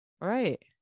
Right